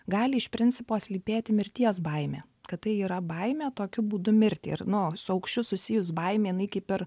gali iš principo slypėti mirties baimė kad tai yra baimė tokiu būdu mirti ir nu su aukščiu susijus baimė jinai kaip ir